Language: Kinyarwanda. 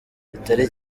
bitari